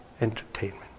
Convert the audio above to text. entertainment